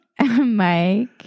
Mike